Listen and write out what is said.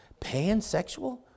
Pansexual